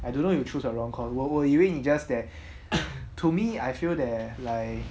I don't know you choose your wrong course 我我以为 it's just that to me I feel that like